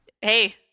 Hey